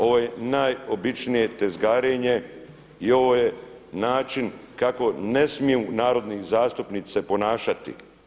Ovo je najobičnije tezgarenje i ovo je način kako ne smiju narodni zastupnici se ponašati.